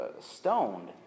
stoned